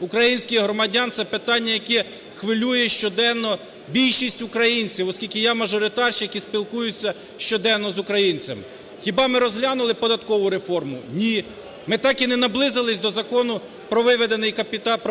українських громадян – це питання, яке хвилює щоденно більшість українців, оскільки я – мажоритарщик і спілкуюся щоденно з українцями. Хіба ми розглянули податкову реформу? Ні! Ми так і не наблизились до Закону про